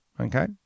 okay